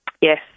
Yes